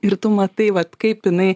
ir tu matai vat kaip jinai